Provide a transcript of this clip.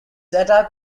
attack